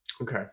Okay